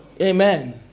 amen